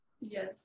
Yes